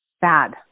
Bad